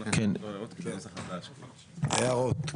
הערות.